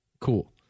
Cool